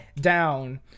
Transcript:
down